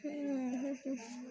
ಹ್ಞೂ ಹ್ಞೂ ಹ್ಞೂ